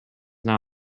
not